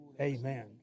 amen